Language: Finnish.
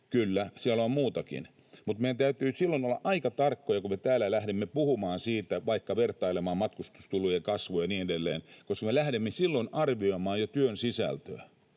kyllä, siellä on muutakin — mutta meidän täytyy silloin olla aika tarkkoja, kun me täällä lähdemme puhumaan siitä, vaikka vertailemaan matkustuskulujen kasvua ja niin edelleen, koska me lähdemme silloin arvioimaan jo työn sisältöä,